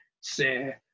say